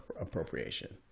appropriation